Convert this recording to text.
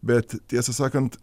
bet tiesą sakant